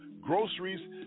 groceries